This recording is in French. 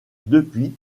depuis